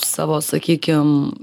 savo sakykim